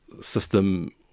system